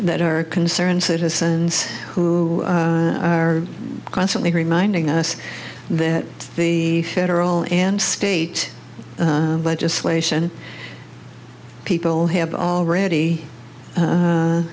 that are concerned citizens who are constantly reminding us that the federal and state legislation people have already